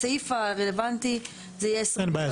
הסעיף הרלוונטי זה יהיה 23. אין בעיה.